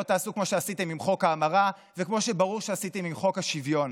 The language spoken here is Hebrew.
לא תעשו כמו שעשיתם עם חוק ההמרה וכמו שברור שעשיתם עם חוק השוויון.